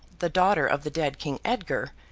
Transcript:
the daughter of the dead king edgar,